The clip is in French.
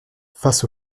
face